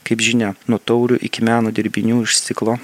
kaip žinia nuo taurių iki meno dirbinių iš stiklo